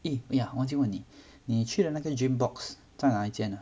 eh oh ya 忘记问你你去的那个 gym box 在哪一间 ah